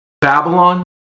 Babylon